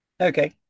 okay